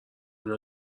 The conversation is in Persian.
اینا